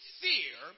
fear